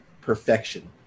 perfection